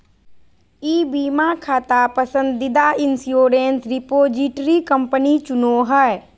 ई बीमा खाता पसंदीदा इंश्योरेंस रिपोजिटरी कंपनी चुनो हइ